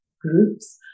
groups